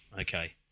Okay